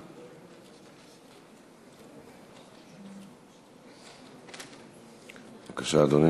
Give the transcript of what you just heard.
בבקשה, אדוני.